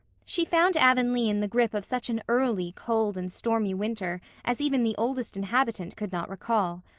she found avonlea in the grip of such an early, cold, and stormy winter as even the oldest inhabitant could not recall.